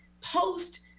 post